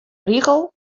rigel